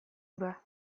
hura